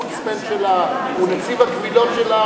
הוא נציב הקבילות של,